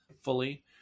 fully